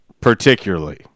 particularly